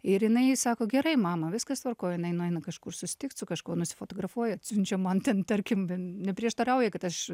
ir jinai sako gerai mama viskas tvarkoj jinai nueina kažkur susitikt su kažkuo nusifotografuoja atsiunčia man ten tarkim nen neprieštarauji kad aš